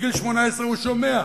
מגיל 18 הוא שומע.